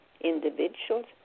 individuals